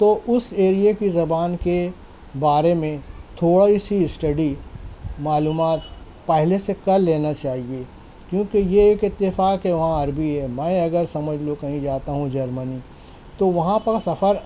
تو اس ایریے کے زبان کے بارے میں تھوڑا سی اسٹڈی معلومات پہلے سے کر لینا چاہیے کیونکہ یہ ایک اتفاق ہے وہاں عربی ہے میں اگر سمجھ لو کہیں جاتا ہوں جرمنی تو وہاں پر سفر